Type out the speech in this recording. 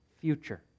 future